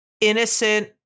innocent